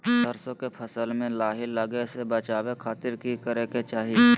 सरसों के फसल में लाही लगे से बचावे खातिर की करे के चाही?